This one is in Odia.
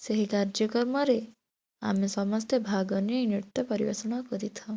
ସେହି କାର୍ଯ୍ୟକ୍ରମରେ ଆମେ ସମସ୍ତେ ଭାଗ ନେଇ ନୃତ୍ୟ ପରିବେଷଣ କରିଥାଉ